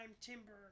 Timber